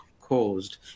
caused